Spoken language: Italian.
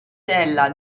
della